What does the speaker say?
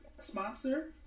sponsor